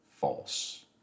false